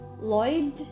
Lloyd